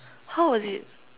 how was it